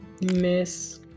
Miss